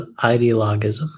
ideologism